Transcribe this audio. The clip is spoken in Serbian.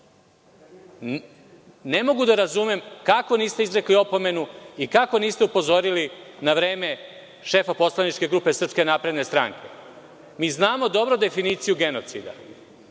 Ne mogu da razumem kako niste izrekli opomenu i kako niste upozorili na vreme šefa poslaničke grupe SNS? Mi znamo dobro definiciju genocida